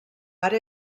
ara